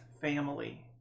family